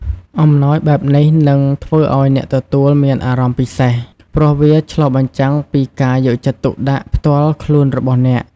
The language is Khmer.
អំណោយបែបនេះនឹងធ្វើឱ្យអ្នកទទួលមានអារម្មណ៍ពិសេស ព្រោះវាឆ្លុះបញ្ចាំងពីការយកចិត្តទុកដាក់ផ្ទាល់ខ្លួនរបស់អ្នក។